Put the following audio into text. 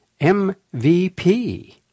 MVP